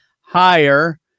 higher